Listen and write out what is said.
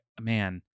man